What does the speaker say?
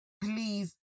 please